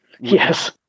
Yes